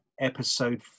Episode